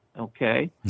okay